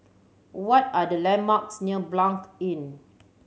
what are the landmarks near Blanc Inn